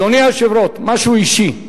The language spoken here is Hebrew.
אדוני היושב-ראש, משהו אישי: